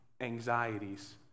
anxieties